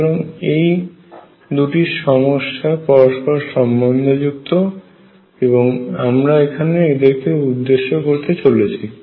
সুতরাং এই দুটি সমস্যা পরস্পর সম্বন্ধযুক্ত এবং আমরা এখানে এদেরকে উদ্দেশ্য করতে চলেছি